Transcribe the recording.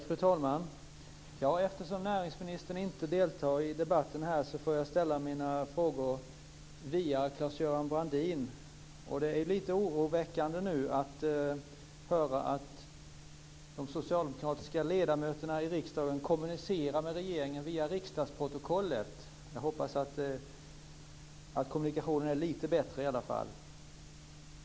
Fru talman! Eftersom näringsministern inte deltar i debatten här får jag ställa mina frågor via Claes Göran Brandin. Det är lite oroväckande att höra att de socialdemokratiska ledamöterna i riksdagen kommunicerar med regeringen via riksdagsprotokollet. Jag hoppas att kommunikationen i alla fall är lite bättre.